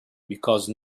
because